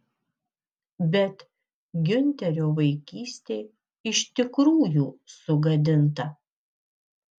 bet giunterio vaikystė iš tikrųjų sugadinta